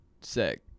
sick